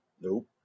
Nope